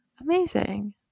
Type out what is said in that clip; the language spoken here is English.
amazing